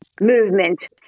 movement